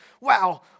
wow